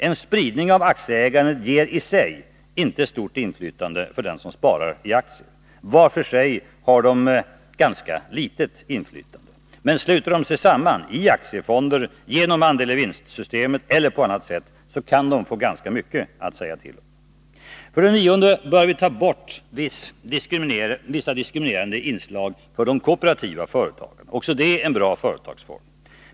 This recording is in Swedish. En spridning av aktieägandet ger i sig inte stort inflytande för dem som sparar i aktier. Var för sig har de ganska litet inflytande. Men sluter de sig samman, i aktiefonder, genom andel-i-vinst-system och på annat sätt, kan de få ganska mycket att säga till om. För det nionde bör vi ta bort vissa diskriminerande inslag för de kooperativa företagen — också de en bra företagsform.